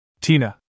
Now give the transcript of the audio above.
Tina